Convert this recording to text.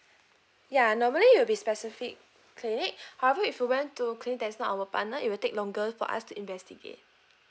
ya normally it will be specific clinic however if you went to clinic that is not our partner it will take longer for us to investigate